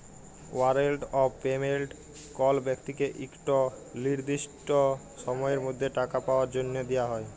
warrant of payment কল ব্যক্তিকে ইকট লিরদিসট সময়ের মধ্যে টাকা পাউয়ার জ্যনহে দিয়া হ্যয়